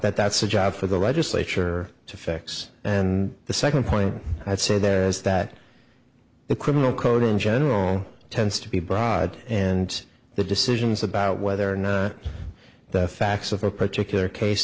that that's a job for the legislature to fix and the second point i'd say that is that the criminal code in general tends to be broad and the decisions about whether or not the facts of a particular case